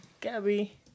Gabby